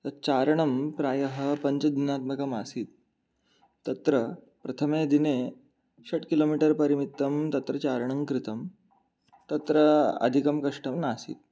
तत् चारणं प्रायः पञ्चदिनात्मकमासीत् तत्र प्रथमे दिने षट् किलोमीटर् परिमितं तत्र चारणं कृतं तत्र अधिकं कष्टं नासीत्